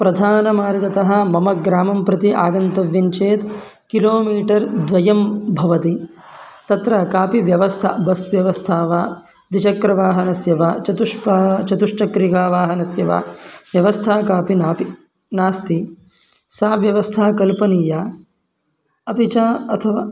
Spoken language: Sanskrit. प्रधानमार्गतः मम ग्रामं प्रति आगन्तव्यं चेत् किलोमीटर् द्वयं भवति तत्र कापि व्यवस्था बस् व्यवस्था वा द्विचक्रवाहनस्य वा चतुष्पा चतुश्चक्रिकावाहनस्य वा व्यवस्था कापि नास्ति सा व्यवस्था कल्पनीया अपि च अथवा